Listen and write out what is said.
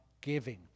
giving